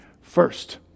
First